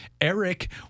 Eric